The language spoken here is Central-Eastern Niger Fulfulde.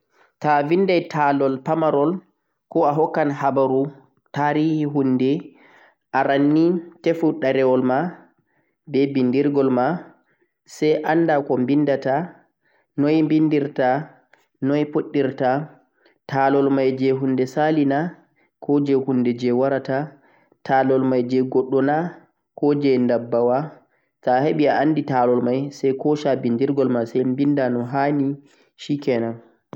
Ta'a vindai Ta'alol pamarol ko a hokkan habaruu tarihi hunde. Arannii awawan a vinda ha ɗarewol koh bo talaɓe be hunduko